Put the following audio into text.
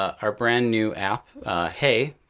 our brand new app hey,